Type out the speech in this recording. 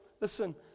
listen